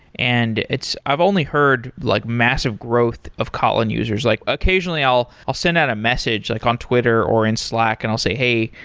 and i've only heard like massive growth of kotlin users. like occasionally, i'll i'll send out a message like on twitter or in slack and i'll say, hey,